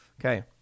Okay